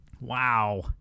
Wow